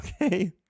Okay